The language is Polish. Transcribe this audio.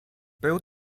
był